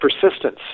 persistence